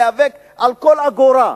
להיאבק על כל אגורה.